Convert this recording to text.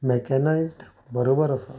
mechanised बरोबर आसा